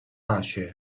大学